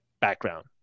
background